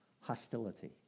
Hostility